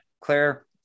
Claire